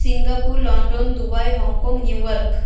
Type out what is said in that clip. Singapore London Dubai Hong Kong New York